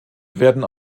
werden